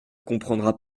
comprendra